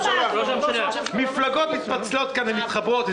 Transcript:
מפלגות מתפצלות כאן ומתחברות.